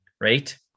right